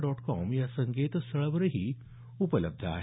dot com या संकेतस्थळावरही उपलब्ध आहे